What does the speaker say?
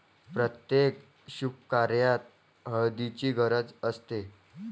प्रत्येक शुभकार्यात हळदीची गरज असते